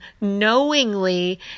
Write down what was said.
knowingly